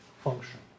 function